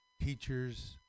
teachers